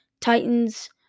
Titans